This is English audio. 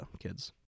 kids